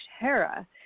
Hera